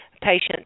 patients